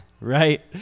right